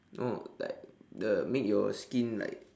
no like the make your skin like